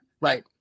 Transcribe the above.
Right